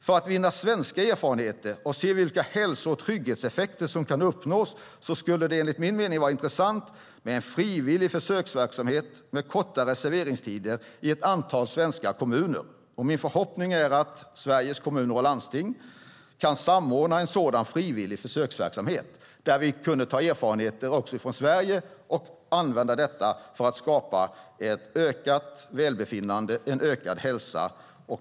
För att vinna svenska erfarenheter och se vilka hälso och trygghetseffekter som kan uppnås skulle det enligt min mening vara intressant med en frivillig försöksverksamhet med kortare serveringstider i ett antal svenska kommuner. Min förhoppning är att Sveriges Kommuner och Landsting kan samordna en sådan frivillig försöksverksamhet där vi kunde ta erfarenheter också från Sverige och använda dem för att skapa ökat välbefinnande och bättre hälsa.